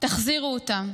תחזירו אותם.